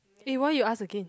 eh why you ask again